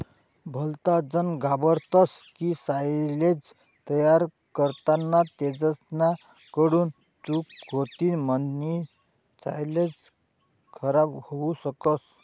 भलताजन घाबरतस की सायलेज तयार करताना तेसना कडून चूक होतीन म्हणीसन सायलेज खराब होवू शकस